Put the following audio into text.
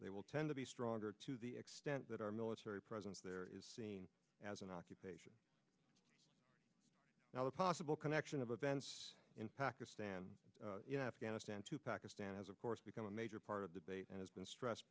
they will tend to be stronger to the extent that our military presence there is seen as an occupation now the possible connection of events in pakistan afghanistan to pakistan has of course become a major part of the debate and has been stressed